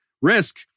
risk